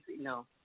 No